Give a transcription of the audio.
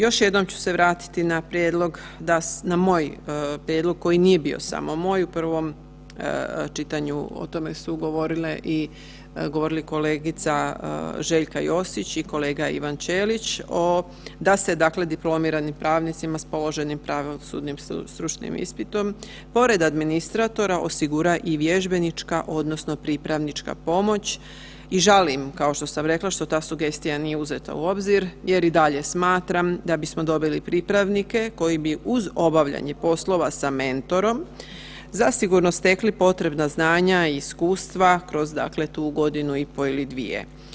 Još jednom ću se vratiti na prijedlog, na moj prijedlog koji nije bio samo moj, u prvom čitanju o tome su govorile i, govorili kolegica Željka Josić i kolega Ivan Ćelič, da se dakle diplomiranim pravnicima s položenim pravosudnim stručnim ispitom pored administratora osigura i vježbenička odnosno pripravnička pomoć i žalim kao što sam rekla što ta sugestija nije uzeta u obzir jer i dalje smatram da bismo dobili pripravnike koji bi uz obavljanje poslova sa mentorom zasigurno stekli potrebna znanja i iskustva kroz dakle tu godinu i po ili dvije.